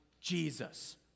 Jesus